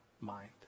mind